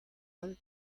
all